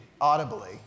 audibly